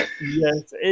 yes